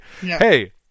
hey